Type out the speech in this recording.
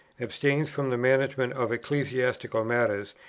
abstains from the management of ecclesiastical matters,